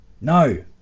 No